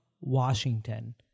Washington